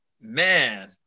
Man